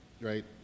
Right